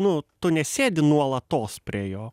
nu tu nesėdi nuolatos prie jo